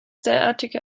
derartige